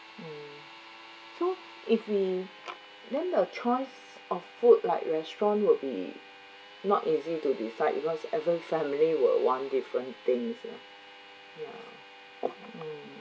mm so if we then the choice of food like restaurant would be not easy to decide because every family would want different things you know ya mm